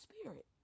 Spirit